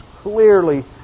clearly